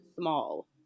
small